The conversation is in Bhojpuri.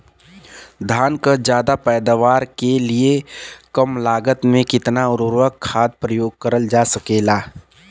धान क ज्यादा पैदावार के लिए कम लागत में कितना उर्वरक खाद प्रयोग करल जा सकेला?